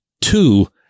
Two